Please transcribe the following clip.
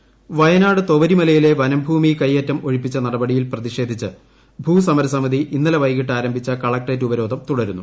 collectorate ഉപരോധം വയനാട് തൊവരിമലയിലെ വനഭൂമി കൈയേറ്റം ഒഴിപ്പിച്ച നടപടിയിൽ പ്രതിഷേധിച്ച് ഭൂസമരസമിതി ഇന്നലെ വൈകിട്ട് ആരംഭിച്ച കളക്ടറേറ്റ് ഉപരോധം തുടരുന്നു